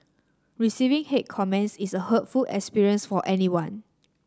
receiving hate comments is a hurtful experience for anyone